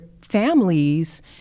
families